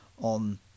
on